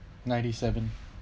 ninety seven